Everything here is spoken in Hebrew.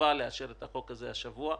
חובה לאשר את החוק הזה השבוע,